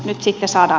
miksi cesar